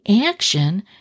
action